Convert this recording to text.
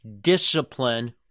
discipline